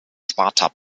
sparta